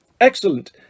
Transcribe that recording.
Excellent